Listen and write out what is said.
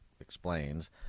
explains